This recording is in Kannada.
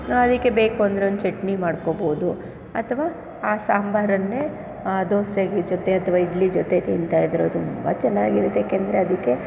ಅದಕ್ಕೆ ಬೇಕು ಅಂದರೆ ಒಂದು ಚಟ್ನಿ ಮಾಡ್ಕೊಬೋದು ಅಥವಾ ಆ ಸಾಂಬಾರನ್ನೇ ದೋಸೆ ಜೊತೆ ಅಥವಾ ಇಡ್ಲಿ ಜೊತೆ ತಿಂತಾಯಿದ್ದರೆ ಅದು ತುಂಬ ಚೆನ್ನಾಗಿರುತ್ತೆ ಏಕೆಂದರೆ ಅದಕ್ಕೆ